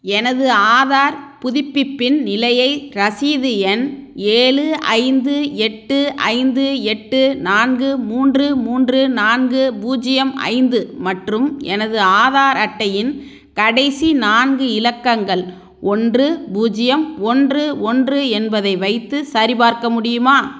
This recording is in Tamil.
எனது ஆதார் புதுப்பிப்பின் நிலையை ரசீது எண் ஏழு ஐந்து எட்டு ஐந்து எட்டு நான்கு மூன்று மூன்று நான்கு பூஜ்ஜியம் ஐந்து மற்றும் எனது ஆதார் அட்டையின் கடைசி நான்கு இலக்கங்கள் ஒன்று பூஜ்ஜியம் ஒன்று ஒன்று என்பதை வைத்து சரி பார்க்க முடியுமா